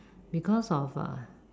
because of uh